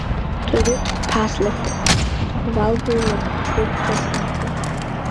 turiu paslaptį valgau labai daug česnako